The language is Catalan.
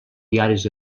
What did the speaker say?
diaris